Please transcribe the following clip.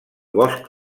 bosc